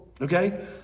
Okay